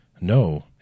No